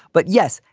but yes,